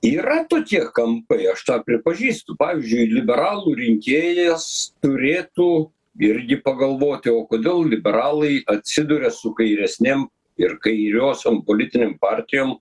yra tokie kampai aš tą pripažįstu pavyzdžiui liberalų rinkėjas turėtų irgi pagalvoti o kodėl liberalai atsiduria su kairesnėm ir kairiosiom politinėm partijom